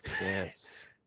Yes